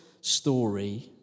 story